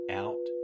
out